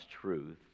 truth